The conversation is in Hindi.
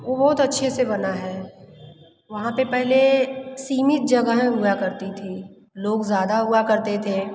वो बहुत अच्छे से बना है वहाँ पे पेहले सीमित जगहें हुआ करती थीं लोग ज़्यादा हुआ करते थे